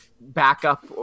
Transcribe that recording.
backup